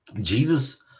Jesus